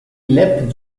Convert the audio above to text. left